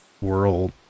world